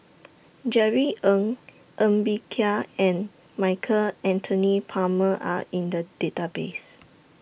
Jerry Ng Ng Bee Kia and Michael Anthony Palmer Are in The Database